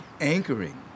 anchoring